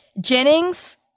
Jennings